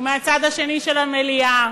הוא מהצד השני של המליאה.